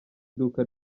duka